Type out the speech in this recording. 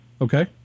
Okay